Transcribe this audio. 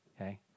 okay